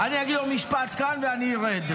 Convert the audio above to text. אני אגיד עוד משפט כאן ואני ארד.